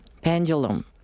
Pendulum